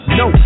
no